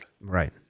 Right